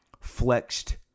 flexed